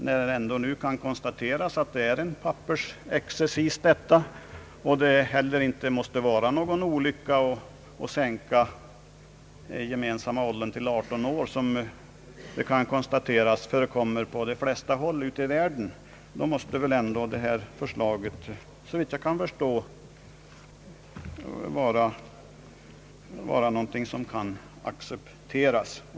När det nu ändå kan konstateras att det blir en pappersexercis och det heller inte behöver vara någon olycka att sänka den gemensamma åldern till 18 år — som ju förekommer på de flesta håll ute i världen — måste det här förslaget såvitt jag förstår kunna accepteras.